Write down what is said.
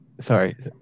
sorry